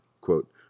quote